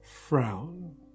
Frown